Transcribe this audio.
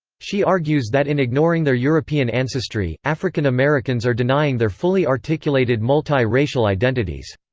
she argues that in ignoring their european ancestry, african americans are denying their fully articulated multi-racial identities.